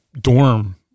dorm